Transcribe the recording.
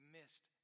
missed